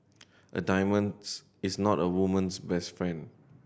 a diamonds is not a woman's best friend